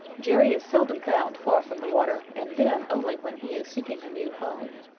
jerry is seldom found far from the water and then only when he is seeking a new home.